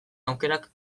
aukerak